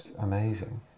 amazing